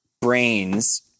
brains